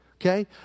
okay